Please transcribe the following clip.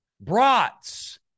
brats